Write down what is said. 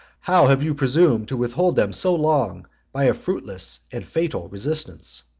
how have you presumed to withhold them so long by a fruitless and fatal resistance?